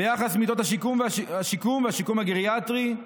ביחס למיטות השיקום והשיקום הגריאטרי,